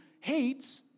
hates